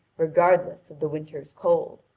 regardless of the winter's cold,